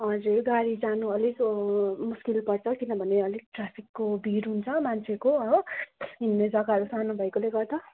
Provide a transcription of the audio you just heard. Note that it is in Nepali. हजुर गाडी जानु अलिक मुस्किल पर्छ किनभने अलिक ट्राफिकको भिड हुन्छ मान्छेको हो हिँड्ने जग्गाहरू सानो भएकोले गर्दा